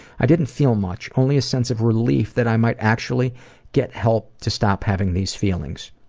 i didn't feel much, only a sense of relief that i might actually get help to stop having these feelings.